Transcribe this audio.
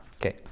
Okay